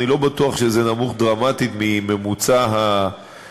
אני לא בטוח שזה נמוך דרמטית מממוצע התיקים